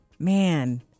Man